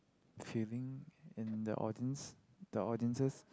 feeling in the audience the audiences